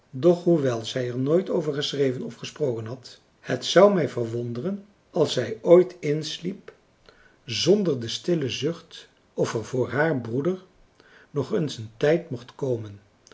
doch hoewel zij er nooit over geschreven of gesproken had françois haverschmidt familie en kennissen het zou mij verwonderen als zij ooit insliep zonder de stille zucht of er voor haar broeder nog eens een tijd mocht komen